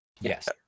Yes